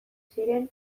ziren